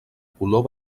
color